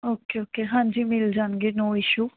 okay okay ਹਾਂਜੀ ਮਿਲ ਜਾਣਗੇ ਨੋ ਇਸ਼ੂ